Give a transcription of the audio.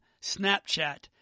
Snapchat